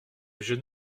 jeune